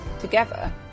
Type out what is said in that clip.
together